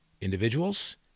individuals